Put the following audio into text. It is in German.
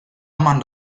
man